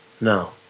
No